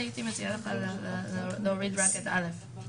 עורך הדין עופר, זה מקובל עליכם?